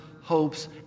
hopes